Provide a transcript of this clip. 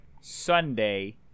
Sunday